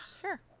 Sure